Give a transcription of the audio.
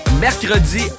Mercredi